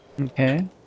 Okay